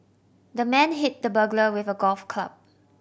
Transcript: the man hit the burglar with a golf club